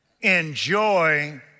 enjoy